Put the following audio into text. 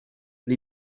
but